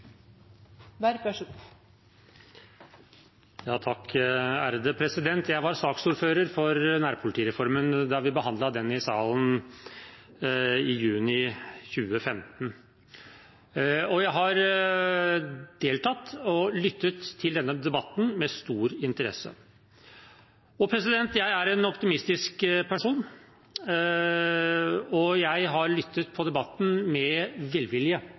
var saksordfører for nærpolitireformen da vi behandlet den her i salen i juni 2015, og jeg har deltatt og lyttet til denne debatten med stor interesse. Jeg er en optimistisk person, og jeg har lyttet til debatten med velvilje,